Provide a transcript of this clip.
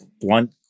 blunt